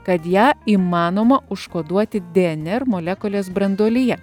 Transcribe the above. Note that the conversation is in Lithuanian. kad ją įmanoma užkoduoti dnr molekulės branduolyje